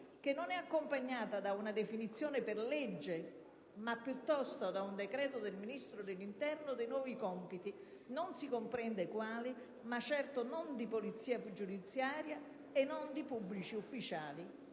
che non è accompagnata da una definizione per legge ma piuttosto da un decreto del Ministro dell'interno dei nuovi compiti: non si comprende quali, ma certo non di polizia giudiziaria e non di pubblici ufficiali;